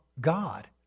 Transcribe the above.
God